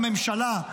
הממשלה,